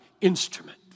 instrument